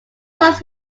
songs